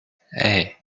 hey